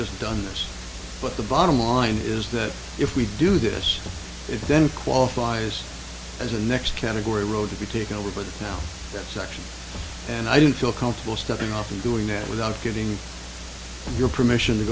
just done but the bottom line is that if we do this it then qualifies as a next category road to take over but now that section and i don't feel comfortable stepping off and doing it without getting your permission to